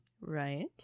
Right